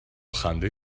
خنده